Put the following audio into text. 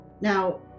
Now